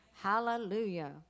Hallelujah